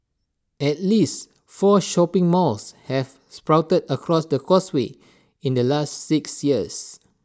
at least four shopping malls have sprouted across the causeway in the last six years